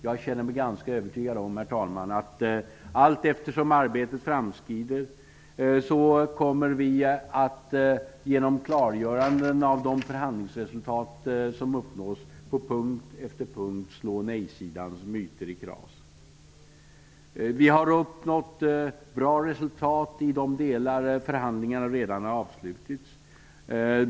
Jag känner mig ganska övertygad, herr talman, om att allteftersom arbetet framskrider kommer vi att genom klargöranden av de förhandlingsresultat som uppnås på punkt efter punkt slå nej-sidans myter i kras. Vi har uppnått bra resultat i de delar av förhandlingarna som redan har avslutats.